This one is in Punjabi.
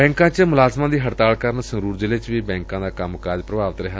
ਬੈਂਕਾਂ ਵਿਚ ਮੁਲਾਜ਼ਮਾਂ ਦੀ ਹੜਤਾਲ ਕਾਰਨ ਸੰਗਰੂਰ ਜ਼ਿਲ੍ਹੇ ਚ ਵੀ ਬੈਂਕਾਂ ਦਾ ਕੰਮਕਾਜ ਪ੍ਰਭਾਵਿਤ ਰਿਹਾ